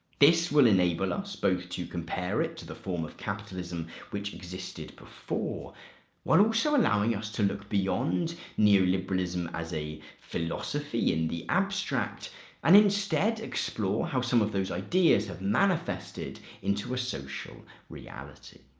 this will enable us both to compare it to the form of capitalism which existed before while also so allowing us to look beyond neoliberalism as a philosophy in the abstract and, instead, explore how some of those ideas have manifested into a social reality.